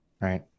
right